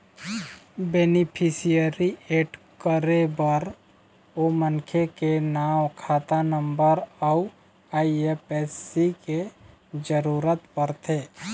beneficiary add करे बर ओ मनखे के नांव, खाता नंबर अउ आई.एफ.एस.सी के जरूरत परथे